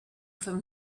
from